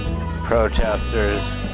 Protesters